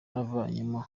navanyemo